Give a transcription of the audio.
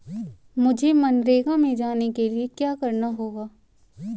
मुझे मनरेगा में जाने के लिए क्या करना होगा?